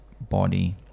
body